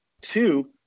Two